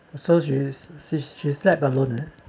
also she's she's slept alone eh